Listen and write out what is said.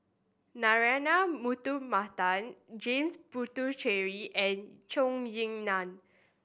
Narana Putumaippittan James Puthucheary and Zhou Ying Nan